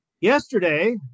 Yesterday